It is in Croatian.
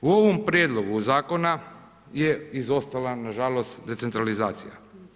U ovom prijedlogu zakona, je izostala nažalost, decentralizacija.